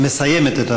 מסיימת.